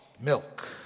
milk